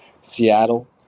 Seattle